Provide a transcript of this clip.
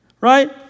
right